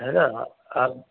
है ना आ आप